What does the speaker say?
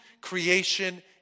creation